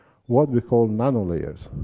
what we call nano-layers.